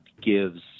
gives